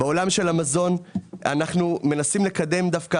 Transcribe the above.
בעולם המזון אנחנו מנסים לקדם דווקא